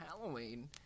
Halloween